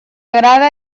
agrada